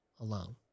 alone